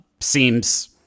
seems